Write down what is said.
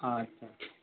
हाँ अच्छा